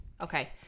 Okay